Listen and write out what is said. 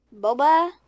Boba